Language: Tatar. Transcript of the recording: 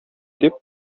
дип